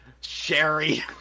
Sherry